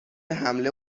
حمله